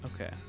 okay